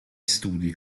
studi